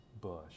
bush